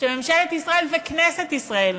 שממשלת ישראל וכנסת ישראל,